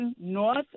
North